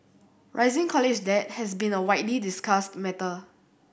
rising college debt has been a widely discussed matter